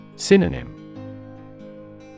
Synonym